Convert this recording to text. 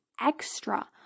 extra